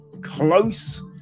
Close